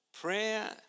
prayer